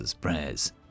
prayers